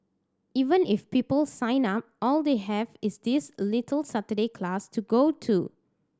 even if people sign up all they have is this little Saturday class to go to